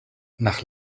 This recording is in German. nach